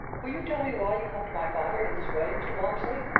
will you tell me why you helped my father in this way, mr. walmsley?